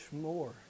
more